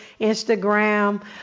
Instagram